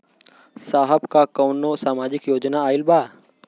साहब का कौनो सामाजिक योजना आईल बा?